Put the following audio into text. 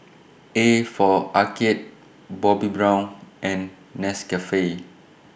A For Arcade Bobbi Brown and Nescafe